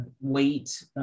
weight